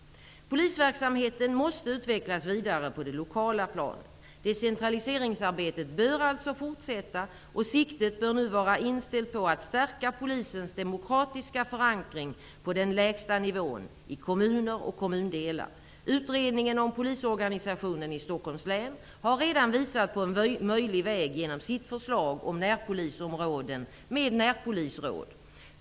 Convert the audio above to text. Polisverksamheten måste utvecklas vidare på det lokala planet. Decentraliseringsarbetet bör alltså fortsätta, och siktet bör nu vara inställt på att stärka polisens demokratiska förankring på den lägsta nivån, i kommuner och kommundelar. Utredningen om polisorganisationen i Stockholms län har redan visat på en möjlig väg genom sitt förslag om närpolisområden med närpolisråd.